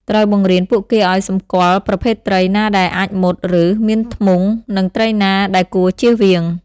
ត្រូវបង្រៀនពួកគេឱ្យសម្គាល់ ប្រភេទត្រី ណាដែលអាចមុត ឬ មានធ្មង់ និងត្រីណាដែលគួរជៀសវាង។